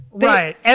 Right